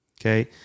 Okay